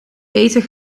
eten